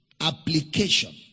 application